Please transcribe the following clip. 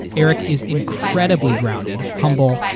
eric is incredibly grounded, humble,